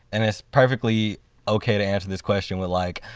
and it's perfectly okay to answer this question with like,